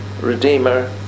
Redeemer